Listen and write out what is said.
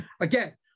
again